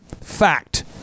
Fact